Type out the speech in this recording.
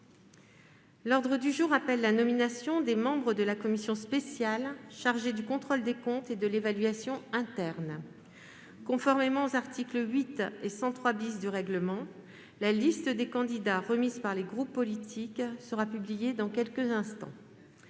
L'ordre du jour appelle la nomination des membres de la commission spéciale chargée du contrôle des comptes et de l'évaluation interne. Conformément aux articles 8 et 103 du règlement, la liste des candidats remise par les bureaux des groupes et le délégué des sénateurs